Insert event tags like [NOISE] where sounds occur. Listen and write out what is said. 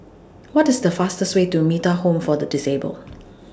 [NOISE] What IS The fastest Way to Metta Home For The Disabled